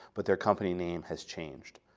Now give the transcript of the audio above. but their company name has changed.